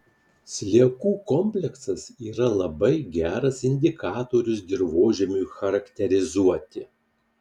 sliekų kompleksas yra labai geras indikatorius dirvožemiui charakterizuoti